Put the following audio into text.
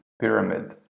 pyramid